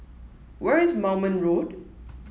where is Moulmein Road